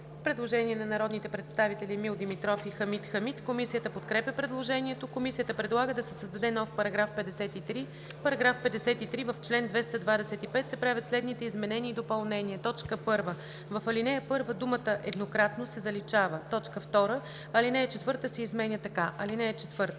Предложение на народните представители Емил Димитров и Хамид Хамид. Комисията подкрепя предложението. Комисията предлага да се създаде нов § 53: „§ 53. В чл. 225 се правят следните изменения и допълнения: 1. В ал. 1 думата „еднократно“ се заличава. 2. Алинея 4 се изменя така: „(4)